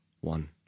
one